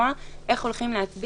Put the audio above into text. נקבע